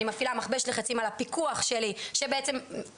אני מפעילה מכבש לחצים על הפיקוח שלי שכמו